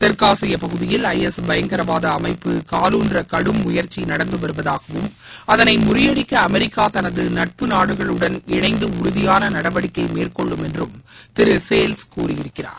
தெற்காசிய பகுதியில் I S பயங்கரவாத அமைப்பு காலூன்ற கடும் முயற்சி நடந்து வருவதாகவும் அதனை முறியடிக்க அமெரிக்கா தனது நட்பு நாடுகளுடம் இணைந்து உறுதியான நடவடிக்கை மேற்கொள்ளும் என்றும் திரு ஷேல்ஸ் கூறியிருக்கிறார்